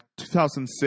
2006